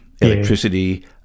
electricity